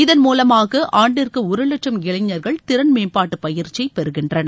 இதன் மூலமாக ஆண்டிற்கு ஒரு வட்சம் இளைஞர்கள் திறன் மேம்பாட்டு பயிற்சியை பெறுகின்றனர்